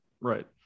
Right